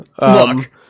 Look